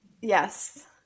Yes